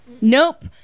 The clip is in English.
Nope